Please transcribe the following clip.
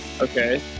Okay